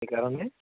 সেইকাৰণে